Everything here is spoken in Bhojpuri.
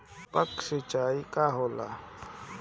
टपक सिंचाई का होला?